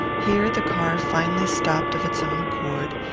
here the car finally stopped of its own accord,